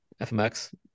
FMX